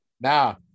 Now